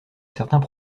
certains